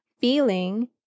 feeling